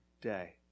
day